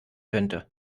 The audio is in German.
könnte